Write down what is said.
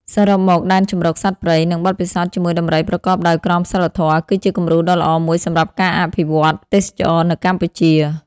សរុបមក ដែនជម្រកសត្វព្រៃ និង បទពិសោធន៍ជាមួយដំរីប្រកបដោយក្រមសីលធម៌ គឺជាគំរូដ៏ល្អមួយសម្រាប់ការអភិវឌ្ឍទេសចរណ៍នៅកម្ពុជា។